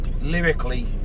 Lyrically